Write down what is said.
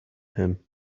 him